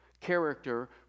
Character